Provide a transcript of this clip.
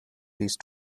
these